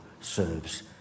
serves